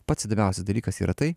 pats įdomiausias dalykas yra tai